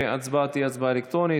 וההצבעה תהיה הצבעה אלקטרונית.